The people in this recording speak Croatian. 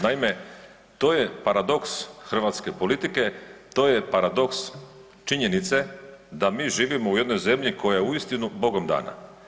Naime, to je paradoks hrvatske politike, to je paradoks činjenice da mi živimo u jednoj zemlji koja je uistinu Bogom dana.